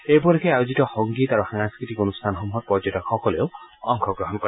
এই উপলক্ষে আয়োজিত সংগীত আৰু সাংস্কৃতিক অনুষ্ঠানসমূহত পৰ্যটকসকলেও অংশগ্ৰহণ কৰে